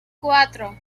cuatro